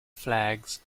flags